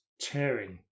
tearing